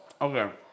Okay